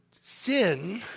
sin